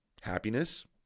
happiness